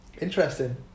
Interesting